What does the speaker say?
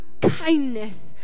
kindness